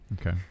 Okay